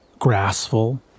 grassful